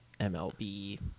MLB